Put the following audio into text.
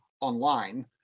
online